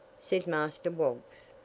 said master woggs.